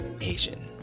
Asian